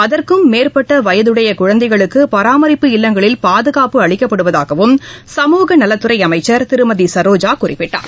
அதற்கும் மேற்பட்ட வயது குழந்தைகளுக்கு பராமரிப்பு இல்லங்களில் பாதுகாப்பு அளிக்கப்படுவதாகவும் சமூகநலத்துறை அமைச்சர் திருமதி வி சரோஜா குறிப்பிட்டார்